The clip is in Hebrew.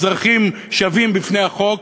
אזרחים שווים בפני החוק,